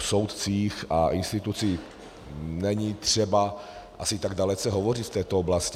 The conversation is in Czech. O soudcích a institucích není třeba asi tak dalece hovořit v této oblasti.